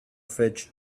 fridge